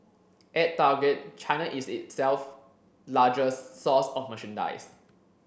at Target China is itself largest source of merchandise